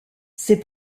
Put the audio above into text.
ces